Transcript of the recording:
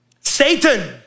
Satan